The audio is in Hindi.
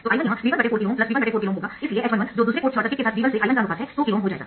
तो I1 यह V1 4KΩ V1 4KΩ होगा इसलिए h11 जो दूसरे पोर्ट शॉर्ट सर्किट के साथ V1 से I1 का अनुपात है 2KΩ हो जाएगा